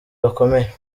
bakomeye